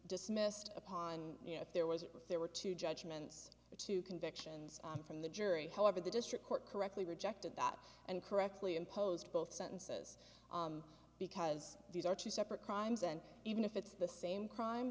dismissed upon you know if there was there were two judgments or two convictions on from the jury however the district court correctly rejected that and correctly imposed both sentences because these are two separate crimes and even if it's the same crime